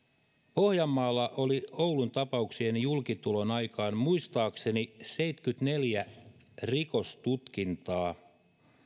pohjanmaalla oli oulun tapauksien julkitulon aikaan muistaakseni seitsemänkymmentäneljä rikostutkintaa